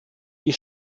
die